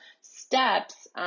steps